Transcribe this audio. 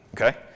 Okay